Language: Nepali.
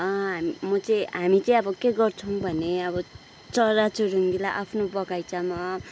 हाम् म चाहिँ हामी चाहिँ अब के गर्छौँ भने अब चरा चुरुङ्गीलाई आफ्नो बगैँचामा